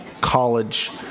college